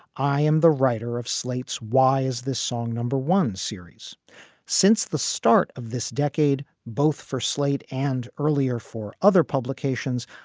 i am the writer of slate's why is this song number one series since the start of this decade, both for slate and earlier for other publications?